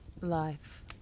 Life